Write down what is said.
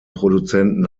produzenten